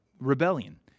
rebellion